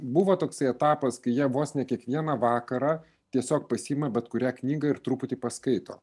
buvo toksai etapas kai jie vos ne kiekvieną vakarą tiesiog pasiima bet kurią knygą ir truputį paskaito